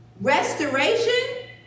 restoration